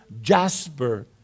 jasper